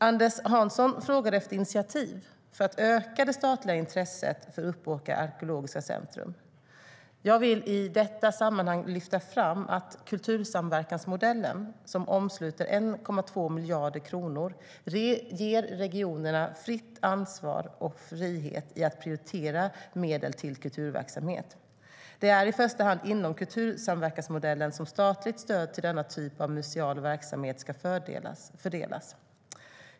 Anders Hansson frågar efter initiativ för att öka det statliga intresset för Uppåkra Arkeologiska Center. Jag vill i detta sammanhang lyfta fram att kultursamverkansmodellen, som omsluter 1,2 miljarder kronor, ger regionerna ansvar och frihet i prioritering av medel till kulturverksamhet. Det är i första hand inom kultursamverkansmodellen som statligt stöd till denna typ av museal verksamhet ska fördelas.